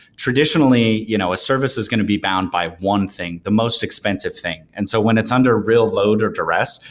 traditionally you know a service is going to be bound by one thing, the most expensive thing, and so when it's under a real load or duress,